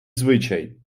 звичай